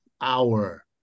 hour